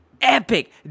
epic